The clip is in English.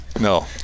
No